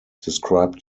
described